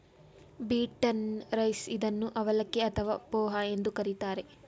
beaten rice ಇದನ್ನು ಅವಲಕ್ಕಿ ಅಥವಾ ಪೋಹ ಎಂದು ಕರಿತಾರೆ